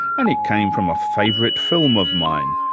and it came from a favourite film of mine,